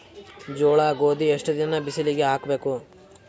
ಜೋಳ ಗೋಧಿ ಎಷ್ಟ ದಿನ ಬಿಸಿಲಿಗೆ ಹಾಕ್ಬೇಕು?